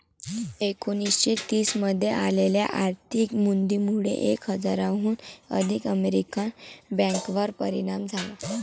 एकोणीसशे तीस मध्ये आलेल्या आर्थिक मंदीमुळे एक हजाराहून अधिक अमेरिकन बँकांवर परिणाम झाला